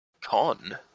Con